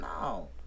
no